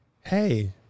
Hey